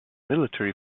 military